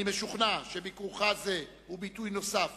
אני משוכנע שביקורך זה הוא ביטוי נוסף